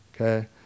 Okay